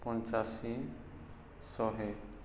ପଞ୍ଚାଅଶୀ ଶହେ